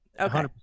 Okay